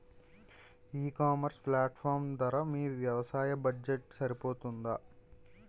ఈ ecommerce platform ధర మీ వ్యవసాయ బడ్జెట్ సరిపోతుందా?